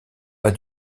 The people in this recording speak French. pas